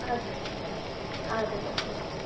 اَدٕ حظ اَدٕ حظ اسلامُ